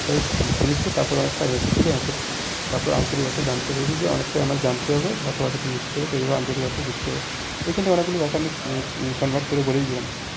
সেটাই শুনেছিলো তারপরে অনেকটা হেসেছিলো হেসে তারপরে আঞ্চলিক ভাষায় জানতে পেরেছে যে অনেকটা আমায় জানতে হবে ভাষাভাষিতে মিশতে হবে এভাবে আঞ্চলিক ভাষা শিখতে হবে এখান থেকে অনেকগুলো ভাষা আমি কনভার্ট করে বলেছিলাম